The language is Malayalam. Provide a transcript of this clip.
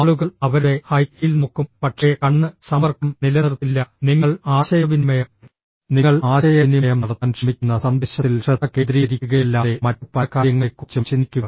ആളുകൾ അവരുടെ ഹൈ ഹീൽ നോക്കും പക്ഷേ കണ്ണ് സമ്പർക്കം നിലനിർത്തില്ല നിങ്ങൾ ആശയവിനിമയം നിങ്ങൾ ആശയവിനിമയം നടത്താൻ ശ്രമിക്കുന്ന സന്ദേശത്തിൽ ശ്രദ്ധ കേന്ദ്രീകരിക്കുകയല്ലാതെ മറ്റ് പല കാര്യങ്ങളെക്കുറിച്ചും ചിന്തിക്കുക